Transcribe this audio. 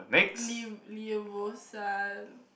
leo leviosa